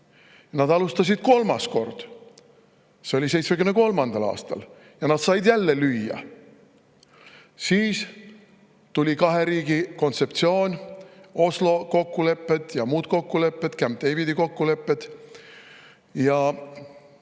Nad alustasid kolmas kord, see oli 1973. aastal, ja said jälle lüüa. Siis tuli kahe riigi kontseptsioon, Oslo kokkulepped ja muud kokkulepped, Camp Davidi kokkulepped, ja